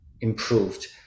improved